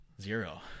Zero